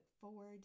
forward